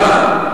למה?